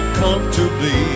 comfortably